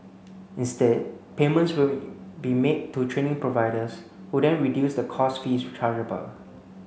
instead payments will be made to training providers who then reduce the course fees chargeable